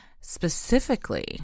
Specifically